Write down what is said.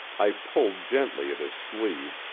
i pulled gently at his sleeve,